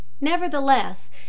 nevertheless